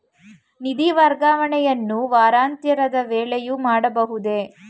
ನಿಧಿ ವರ್ಗಾವಣೆಯನ್ನು ವಾರಾಂತ್ಯದ ವೇಳೆಯೂ ಮಾಡಬಹುದೇ?